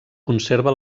conserva